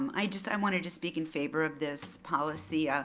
i just um wanted to speak in favor of this policy. ah